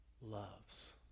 loves